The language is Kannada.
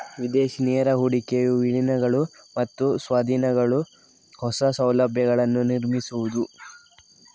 ವಿದೇಶಿ ನೇರ ಹೂಡಿಕೆಯು ವಿಲೀನಗಳು ಮತ್ತು ಸ್ವಾಧೀನಗಳು, ಹೊಸ ಸೌಲಭ್ಯಗಳನ್ನು ನಿರ್ಮಿಸುವುದು